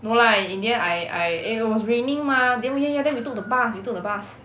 no lah in the end I I eh it was raining mah then we ya ya then we took the bus we took the bus